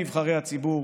נבחרי הציבור,